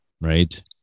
right